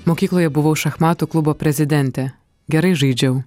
mokykloje buvau šachmatų klubo prezidentė gerai žaidžiau